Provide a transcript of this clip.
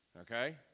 okay